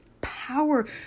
power